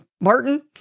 Martin